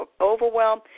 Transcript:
overwhelm